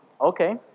Okay